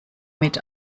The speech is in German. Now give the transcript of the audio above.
mit